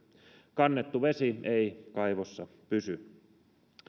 kannettu vesi ei kaivossa pysy